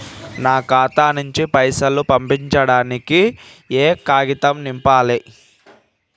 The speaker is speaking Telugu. నా ఖాతా నుంచి పైసలు పంపించడానికి ఏ కాగితం నింపాలే?